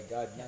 God